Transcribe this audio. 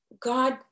God